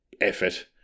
effort